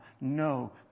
no